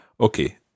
Okay